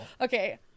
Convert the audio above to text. Okay